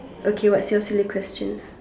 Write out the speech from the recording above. okay what's your silly questions